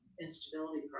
instability